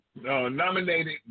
nominated